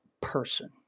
person